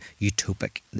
utopic